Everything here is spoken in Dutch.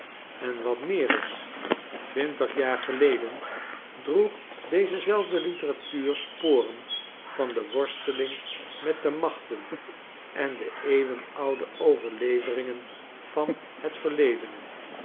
en wat meer is twintig jaar geleden droeg deze zelfde litteratuur sporen van de worsteling met de machten en de eeuwenoude overleveringen van het verledene